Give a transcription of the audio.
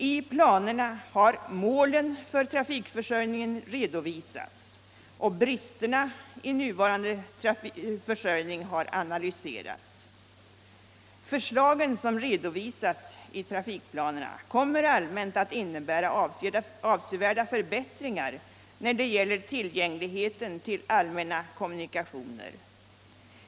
I planerna har målen för trafikförsörjningen redovisats och bristerna i nuvarande försörjning analyserats. Förslagen, som redovisats i trafikplanerna, kommer allmänt att innebära avsevärda förbättringar när det gäller tillgängligheten till allmänna kommunikationer.